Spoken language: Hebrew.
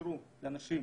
שאפשרו לאנשים